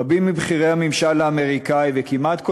רבים מבכירי הממשל האמריקני וכמעט כל